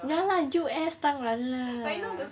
ya lah U_S 当然啦